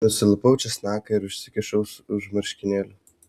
nusilupau česnaką ir užsikišau už marškinėlių